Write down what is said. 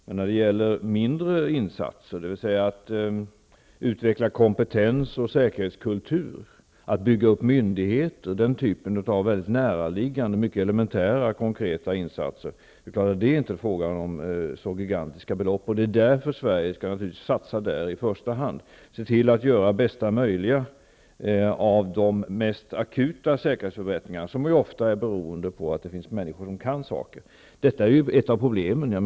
Vid sådana mindre insatser som t.ex. att utveckla kompetens och säkerhetskultur, bygga upp myndigheter och den typen av näraliggande, mycket elementära, konkreta insatser handlar det inte om så gigantiska belopp. Sverige skall naturligtvis i först hand satsa på att göra det bästa möjliga av de mest akuta säkerhetsförbättringar, som ju ofta är beronde av att det finns människor som är kunniga på området. Kunskap är ett av problemen.